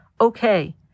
Okay